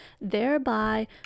thereby